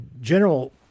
general